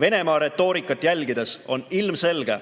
Venemaa retoorikat jälgides on ilmselge,